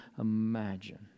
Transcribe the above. imagine